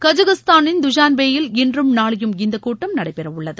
கஜகிஸ்தானின் துஷான்பேயில் இன்றும் நாளையும் இந்த கூட்டம் நடைபெறவுள்ளது